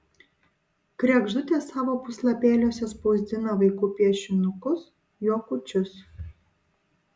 kregždutė savo puslapėliuose spausdina vaikų piešinukus juokučius